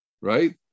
right